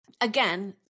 Again